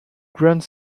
grant